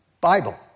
Bible